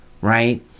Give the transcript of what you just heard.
right